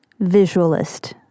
visualist